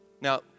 Now